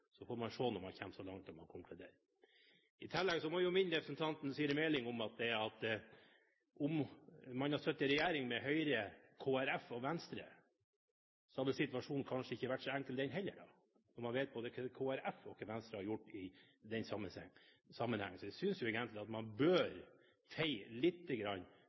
Så får man se, når man kommer så langt at man konkluderer. I tillegg må jeg minne representanten Siri A. Meling om at om man hadde sittet i regjering med Høyre, Kristelig Folkeparti og Venstre, hadde situasjonen kanskje heller ikke vært så enkel, når man vet både hva Kristelig Folkeparti og Venstre hadde gjort i den sammenheng. Jeg synes egentlig at man bør feie lite grann